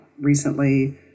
recently